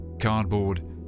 cardboard